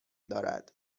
دارد